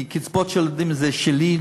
כי קצבאות ילדים זה שלי,